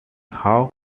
how